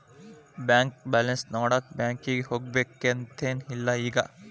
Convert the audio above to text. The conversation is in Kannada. ಬ್ಯಾಂಕ್ ಬ್ಯಾಲೆನ್ಸ್ ನೋಡಾಕ ಬ್ಯಾಂಕಿಗೆ ಹೋಗ್ಬೇಕಂತೆನ್ ಇಲ್ಲ ಈಗ